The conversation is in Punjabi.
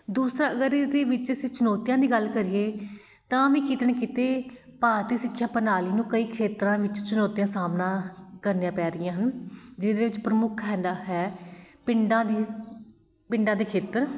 ਦੂਸਰਾ ਅਗਰ ਇਹਦੇ ਵਿੱਚ ਅਸੀਂ ਚੁਣੌਤੀਆਂ ਦੀ ਗੱਲ ਕਰੀਏ ਤਾਂ ਵੀ ਕਿਤੇ ਨਾ ਕਿਤੇ ਭਾਰਤੀ ਸਿੱਖਿਆ ਪ੍ਰਣਾਲੀ ਨੂੰ ਕਈ ਖੇਤਰਾਂ ਵਿੱਚ ਚੁਣੌਤੀਆਂ ਸਾਹਮਣਾ ਕਰਨੀਆਂ ਪੈ ਰਹੀਆਂ ਹਨ ਜਿਹਦੇ ਵਿੱਚ ਪ੍ਰਮੁੱਖ ਹੁੰਦਾ ਹੈ ਪਿੰਡਾਂ ਦੀ ਪਿੰਡਾਂ ਦੇ ਖੇਤਰ